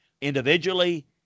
individually